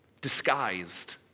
disguised